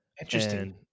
interesting